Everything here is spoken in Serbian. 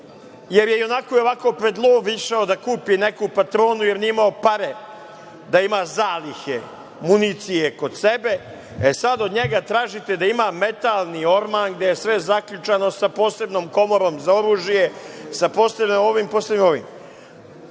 jer je i onako i ovako pred lov išao da kupi neku patronu, jer nije imao pare da ima zalihe municije kod sebe, e sad od njega tražite da ima metalni orman gde je sve zaključano sa posebnom komorom za oružje, sa posebnim ovim, posebnim onim.